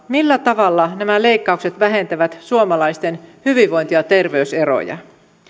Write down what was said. millä tavalla nämä leikkaukset vähentävät suomalaisten hyvinvointi ja terveyseroja